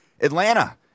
Atlanta